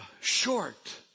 short